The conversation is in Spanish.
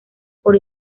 por